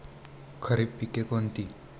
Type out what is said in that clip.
खरीप पिके कोणती?